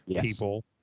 people